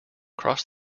cross